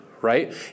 right